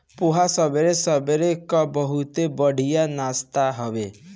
पोहा सबेरे सबेरे कअ बहुते बढ़िया नाश्ता हवे